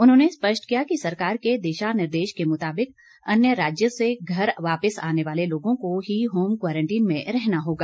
उन्होंने स्पष्ट किया कि सरकार के दिशा निर्देश के मुताबिक अन्य राज्यों से घर वापिस आने वाले लोगों को ही होम क्वारंटीन में रहना होगा